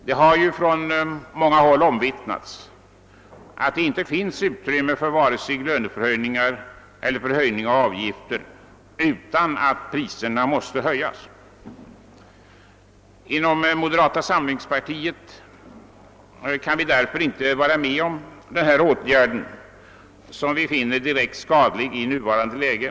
Det har från många håll omvittnats att det inte finns utrymme för vare sig lönehöjningar eller avgiftsökningar utan motsvarande prisstegringar. Vi kan därför inte inom moderata samlingspartiet gå med på den föreslagna åtgärden, som vi anser direkt skadlig i nuvarande läge.